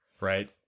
Right